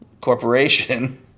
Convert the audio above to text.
corporation